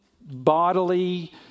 bodily